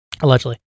Allegedly